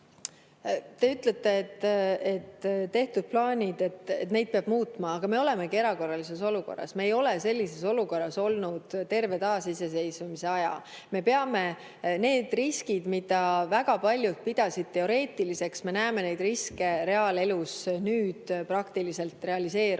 Te ütlete, et tehtud plaane peab muutma. Aga me olemegi erakorralises olukorras, me ei ole sellises olukorras olnud terve taasiseseisvuse aja. Neid riske, mida väga paljud pidasid teoreetiliseks, me näeme nüüd reaalelus praktiliselt realiseerumas.